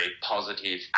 positive